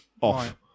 Off